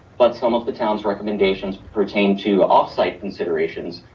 but some of the towns recommendations pertain to offsite considerations,